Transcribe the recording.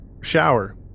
shower